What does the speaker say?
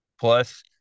Plus